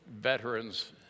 veterans